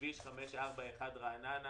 בכביש 541, רעננה